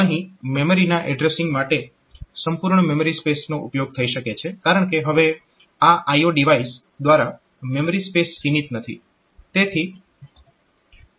અહીં મેમરીના એડ્રેસીંગ માટે સંપૂર્ણ મેમરી સ્પેસનો ઉપયોગ થઈ શકે છે કારણકે હવે આ IO ડિવાઇસ દ્વારા મેમરી સ્પેસ સીમિત નથી